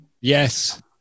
Yes